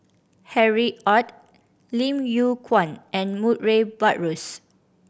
Harry Ord Lim Yew Kuan and Murray Buttrose